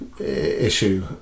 issue